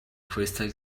crystal